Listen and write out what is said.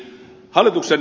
lainaus